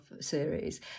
series